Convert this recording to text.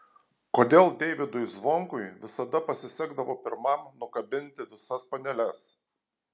kodėl deivydui zvonkui visada pasisekdavo pirmam nukabinti visas paneles